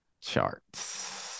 charts